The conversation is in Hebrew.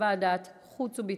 לוועדת חוץ וביטחון.